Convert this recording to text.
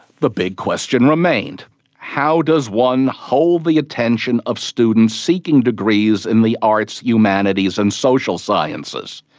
the big question remained how does one hold the attention of students seeking degrees in the arts, humanities and social sciences?